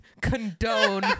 condone